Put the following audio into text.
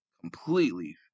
completely